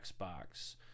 Xbox